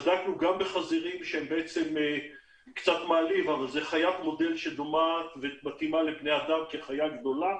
בדקנו גם בחזירים שהם חיית מודל שדומה ומתאימה לבני אדם כחיה גדולה,